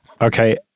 Okay